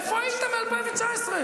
איפה הייתם מ-2019?